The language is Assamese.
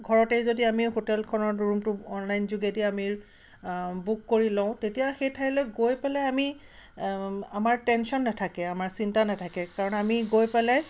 ঘৰতেই যদি আমি হোটেলখনৰ ৰুমটো অনলাইন যোগেদি আমি বুক কৰি লওঁ তেতিয়া সেই ঠাইলৈ গৈ পেলাই আমি আমাৰ টেনশ্যন নেথাকে আমাৰ চিন্তা নেথাকে কাৰণ আমি গৈ পেলাই